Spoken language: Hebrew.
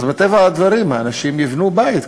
אז מטבע הדברים האנשים יבנו בית,